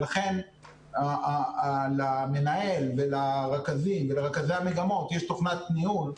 ולכן למנהל ולרכזים ולרכזי המגמות יש תוכנת ניהול.